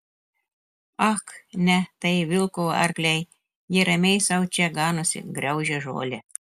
ak ne tai vilko arkliai jie ramiai sau čia ganosi graužia žolę